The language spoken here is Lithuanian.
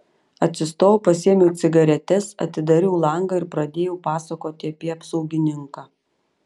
atsistojau pasiėmiau cigaretes atidariau langą ir pradėjau pasakoti apie apsaugininką